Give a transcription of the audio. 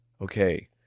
okay